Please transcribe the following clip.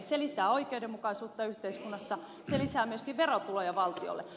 se lisää oikeudenmukaisuutta yhteiskunnassa se lisää myöskin verotuloja valtiolle